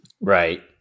Right